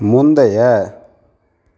முந்தைய